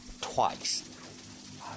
twice